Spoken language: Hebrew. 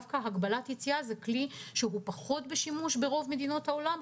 הגבלת יציאה היא כלי שהוא פחות בשימוש ברוב מדינות העולם,